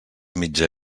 mitja